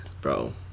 bro